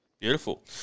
Beautiful